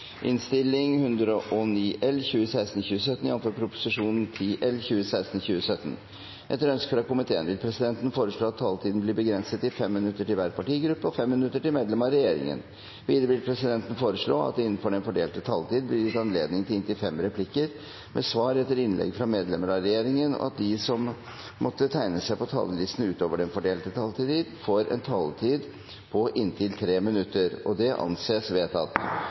regjeringen. Videre vil presidenten foreslå at det – innenfor den fordelte taletid – blir gitt anledning til inntil fem replikker med svar etter innlegg fra medlemmer av regjeringen, og at de som måtte tegne seg på talerlisten utover den fordelte taletid, får en taletid på inntil 3 minutter. – Det anses vedtatt.